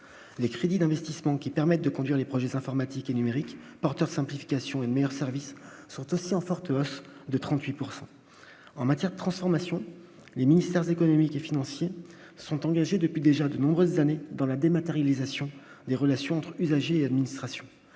les crédits d'investissement qui permettent de conduire les projets informatiques et numériques porteur simplification et de meilleurs services sont aussi en forte hausse de 38 pourcent en matière de transformation, les ministères économiques et financiers sont engagés depuis déjà de nombreuses années dans la dématérialisation des relations entre usagers, administration,